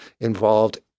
involved